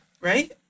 Right